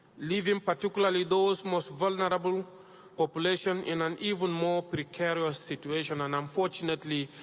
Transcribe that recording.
leaving particularly those most vulnerable population in an even more precarious situation. and unfortunately,